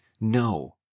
No